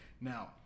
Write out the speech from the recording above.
Now